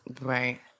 Right